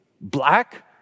black